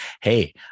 hey